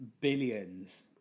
billions